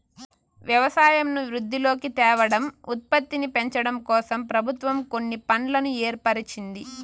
వ్యవసాయంను వృద్ధిలోకి తేవడం, ఉత్పత్తిని పెంచడంకోసం ప్రభుత్వం కొన్ని ఫండ్లను ఏర్పరిచింది